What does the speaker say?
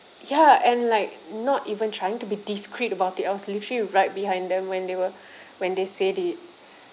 ya and like not even trying to be discreet about it I was literally right behind them when they were when they said it